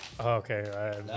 Okay